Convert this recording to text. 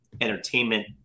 entertainment